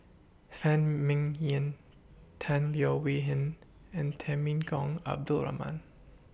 Phan Ming Yen Tan Leo Wee Hin and Temenggong Abdul Rahman